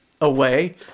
away